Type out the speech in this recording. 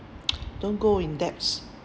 don't go in debts